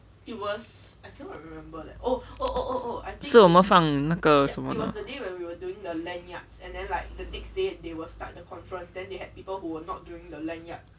是我们放那个什么的吗